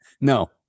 No